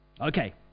Okay